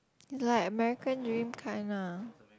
like American dream kind lah